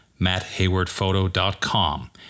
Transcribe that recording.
MattHaywardPhoto.com